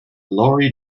lorry